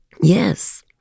Yes